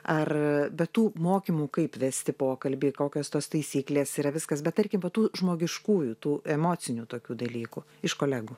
ar be tų mokymų kaip vesti pokalbį kokios tos taisyklės yra viskas bet tarkim va tų žmogiškųjų tų emocinių tokių dalykų iš kolegų